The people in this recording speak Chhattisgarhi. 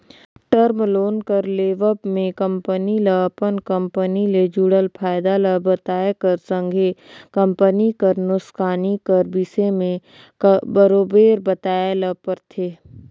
टर्म लोन कर लेवब में कंपनी ल अपन कंपनी ले जुड़ल फयदा ल बताए कर संघे कंपनी कर नोसकानी कर बिसे में बरोबेर बताए ले परथे